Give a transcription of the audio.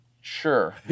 sure